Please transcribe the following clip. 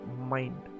mind